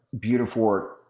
beautiful